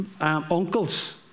uncles